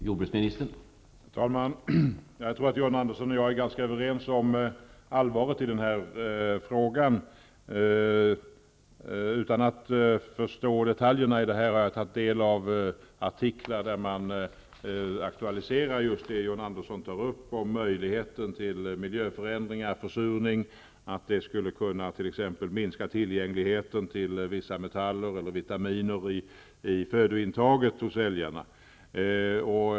Herr talman! Jag tror att John Andersson och jag är ganska överens om allvaret i den här frågan. Utan att förstå detaljerna har jag tagit del av artiklar där man aktualiserar just det John Andersson tar upp, nämligen möjligheten att miljöförändringar och försurning skulle minska tillgängligheten till vissa metaller och vitaminer i födointaget hos älgarna.